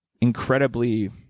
incredibly